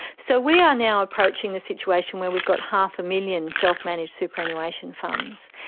so we are now approaching the situation where we've got half a million self-managed superannuation funds,